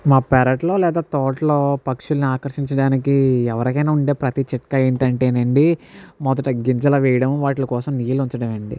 మా పెరట్లో లేదా తోటలో పక్షులను ఆకర్షించడానికి ఎవరికైనా ఉండే ప్రతి చిట్కా ఏంటంటే అండి మొదట గింజలు వేయడం వాటి కోసం నీళ్ళు ఉంచడం అండి